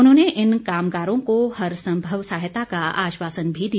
उन्होंने इन कामगारों को हर संभव सहायता का आश्वासन भी दिया